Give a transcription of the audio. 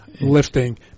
lifting